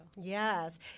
Yes